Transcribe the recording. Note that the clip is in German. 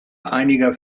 einiger